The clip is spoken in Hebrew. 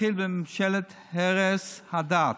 אתחיל בממשלת הרס הדת,